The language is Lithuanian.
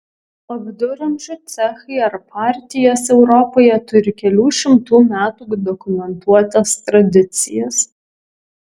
o viduramžių cechai ar partijos europoje turi kelių šimtų metų dokumentuotas tradicijas